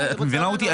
את מבינה אותי?